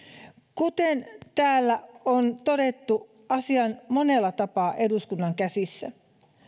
kuten täällä on todettu asia on monella tapaa eduskunnan käsissä